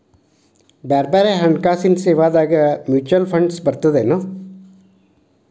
ಬ್ಯಾರೆ ಬ್ಯಾರೆ ಹಣ್ಕಾಸಿನ್ ಸೇವಾದಾಗ ಮ್ಯುಚುವಲ್ ಫಂಡ್ಸ್ ಬರ್ತದೇನು?